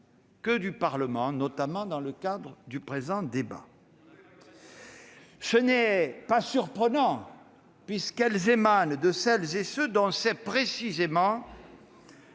que du Parlement, notamment dans le cadre du présent débat. Cela n'a rien de surprenant, puisqu'elles émanent de celles et ceux dont c'est précisément